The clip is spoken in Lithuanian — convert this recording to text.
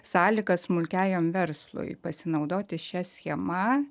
sąlygas smulkiajam verslui pasinaudoti šia schema